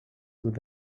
with